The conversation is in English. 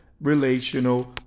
relational